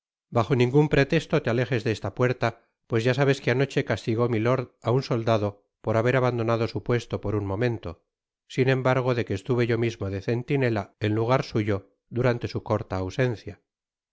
bajo ningun pretesto te alejes de esta puerta pues ya sabes que anoche castigó milord á un soldado par haber abandonado su puesto por un momento sin embargo de que estuve yo mismo de centinela en lugar suyo durante su corta ausencia